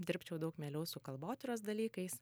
dirbčiau daug mieliau su kalbotyros dalykais